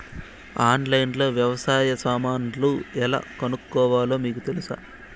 ఆన్లైన్లో లో వ్యవసాయ సామాన్లు ఎలా కొనుక్కోవాలో మీకు తెలుసా?